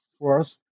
first